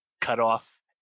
cutoff